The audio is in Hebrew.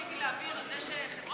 ניסיתי להעביר על זה שחברות